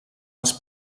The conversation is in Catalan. els